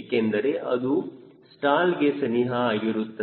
ಏಕೆಂದರೆ ಅದು ಸ್ಟಾಲ್ಗೆ ಸನಿಹ ಆಗಿರುತ್ತದೆ